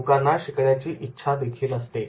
लोकांना शिकण्याची इच्छा देखील असते